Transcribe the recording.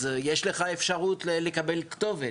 אז יש לך אפשרות לקבל כתובת.